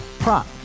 Prop